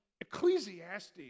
Ecclesiastes